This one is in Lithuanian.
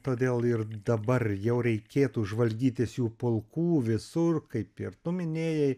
todėl ir dabar jau reikėtų žvalgytis jų pulkų visur kaip ir tu minėjai